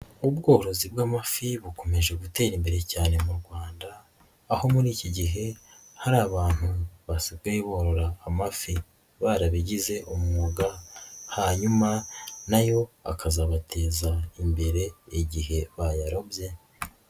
Ubworozi bw'amafi bukomeje gutera imbere cyane mu rwanda, aho muri iki gihe hari abantu basigaye borora amafi barabigize umwuga, hanyuma nayo akazabateza imbere igihe bayarobye.